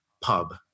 pub